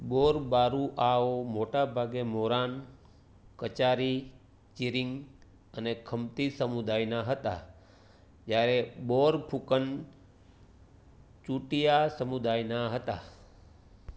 બોરબારુઆઓ મોટાભાગે મોરાન કચારી ચિરિંગ અને ખમતી સમુદાયના હતા જ્યારે બોરફુકન ચૂટિયા સમુદાયના હતા